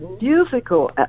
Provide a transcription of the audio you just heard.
musical